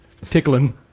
tickling